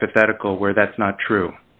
hypothetical where that's not true